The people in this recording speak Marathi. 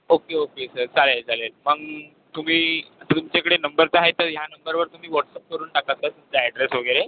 ओक्के ओक्के सर चालेल चालेल मग तुम्ही तुमच्याकडे नंबर तर आहे तर ह्या नंबरवर तुम्ही व्हॉट्सअप करून टाका सर तुमचा अॅड्रेस वगैरे